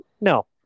no